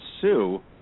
Sue